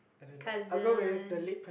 cousin